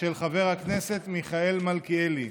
של חבר הכנסת מיכאל מלכיאלי.